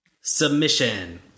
Submission